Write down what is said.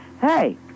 hey